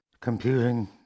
computing